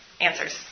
Answers